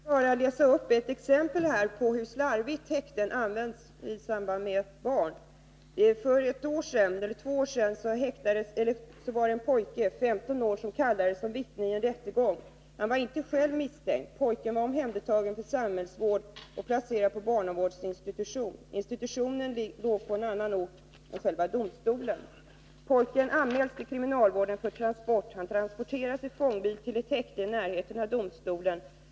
Herr talman! Jag vill bara redovisa ett exempel på hur slarvigt häkten används i samband med barn. För två år sedan kallades en 15-årig pojke som vittne i en rättegång. Han var inte själv misstänkt. Pojken var omhändertagen för samhällsvård, placerad på barnavårdsinstitution. Institutionen låg på en annan ort än domstolen i fråga. Pojken anmäldes till kriminalvården för transport. Han fördes i fångbil till ett häkte i närheten av domstolen.